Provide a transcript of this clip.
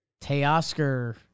Teoscar